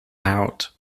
out